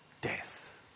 death